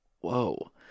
Whoa